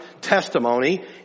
testimony